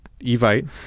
Evite